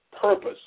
purpose